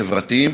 חברתיים.